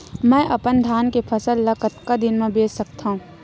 मैं अपन धान के फसल ल कतका दिन म बेच सकथो?